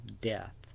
death